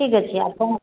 ଠିକ ଅଛି ଆପଣ